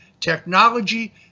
technology